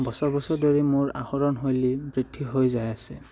বছৰ বছৰ ধৰি মোৰ আহৰণশৈলী বৃদ্ধি হৈ যায় আছে